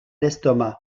l’estomac